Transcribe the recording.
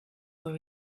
were